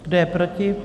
Kdo je proti?